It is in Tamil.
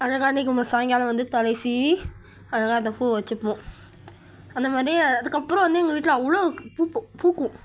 அதை நான் அன்னிக்கு ம சாய்ங்காலம் வந்து தலை சீவி அழகாக அந்த பூ வச்சிப்போம் அந்தமாதிரி அதுக்கப்புறோம் வந்து எங்கள் வீட்டில் அவ்வளோ க் பூப்பும் பூக்கும்